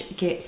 get